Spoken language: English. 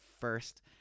first